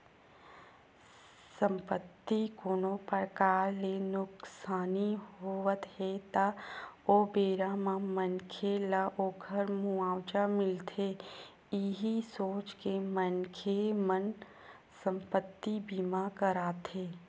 संपत्ति कोनो परकार ले नुकसानी होवत हे ता ओ बेरा म मनखे ल ओखर मुवाजा मिलथे इहीं सोच के मनखे मन संपत्ति बीमा कराथे